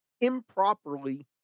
improperly